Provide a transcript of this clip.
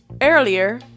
Earlier